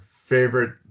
favorite